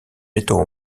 mettant